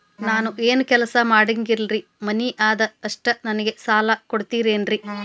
ನಾನು ಏನು ಕೆಲಸ ಮಾಡಂಗಿಲ್ರಿ ಮನಿ ಅದ ಅಷ್ಟ ನನಗೆ ಸಾಲ ಕೊಡ್ತಿರೇನ್ರಿ?